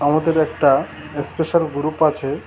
আমাদের একটা special group আছে